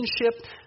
relationship